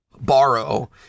borrow